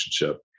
relationship